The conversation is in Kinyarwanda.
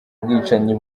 bwicanyi